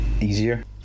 easier